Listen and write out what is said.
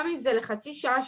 גם אם זה לחצי שעה,